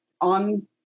on